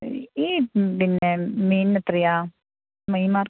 ഈ പിന്നെ മീനിന് എത്രയാണ് മീൻ മാർക്ക